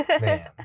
Man